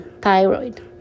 thyroid